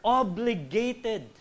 obligated